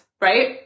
Right